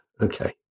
Okay